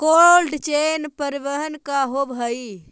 Cold chain परिवहन का होव हइ?